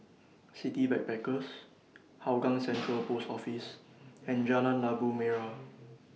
City Backpackers Hougang Central Post Office and Jalan Labu Merah